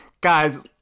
Guys